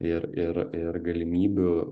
ir ir ir galimybių